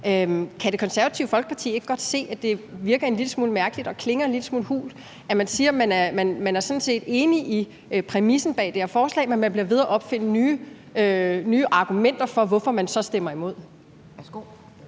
Kan Det Konservative Folkeparti ikke godt se, at det virker en lille smule mærkeligt og klinger en lille smule hult, at man siger, at man sådan set er enig i præmissen bag det her forslag, men bliver ved med at opfinde nye argumenter for, hvorfor man så stemmer imod?